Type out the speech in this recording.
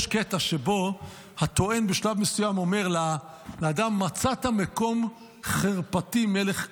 יש בו קטע שבו הטוען בשלב מסוים אומר לאדם: "מצאת מקום חרפתי מלך כוזר"